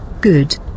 Good